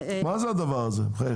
מה זה הדבר הזה, בחייך?